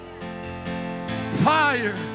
Fire